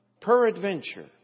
peradventure